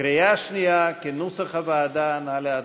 בקריאה שנייה כנוסח הוועדה, נא להצביע.